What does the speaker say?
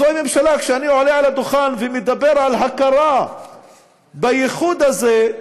זאת הממשלה שכשאני עולה לדוכן ומדבר על הכרה בייחוד הזה,